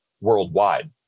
worldwide